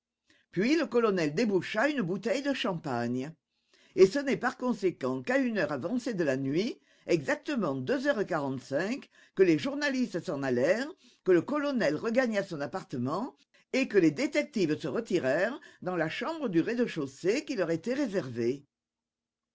puis le colonel déboucha une bouteille de champagne et ce n'est par conséquent qu'à une heure avancée de la nuit exactement deux heures quarante-cinq que les journalistes s'en allèrent que le colonel regagna son appartement et que les détectives se retirèrent dans la chambre du rez-de-chaussée qui leur était réservée